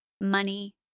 money